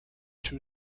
two